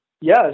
Yes